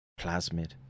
plasmid